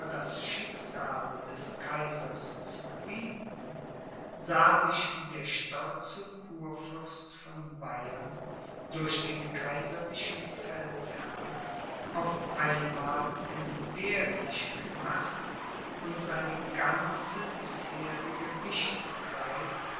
das schicksal des kaisers zu gebieten sah sich der stolze kurfürst von bayern durch den kaiserlichen feldherrn auf einmal entbehrlich gemacht und seine ganze bisherige wichtigkeit